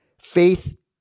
Faith